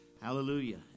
Hallelujah